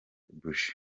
buji